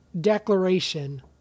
declaration